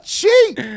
cheap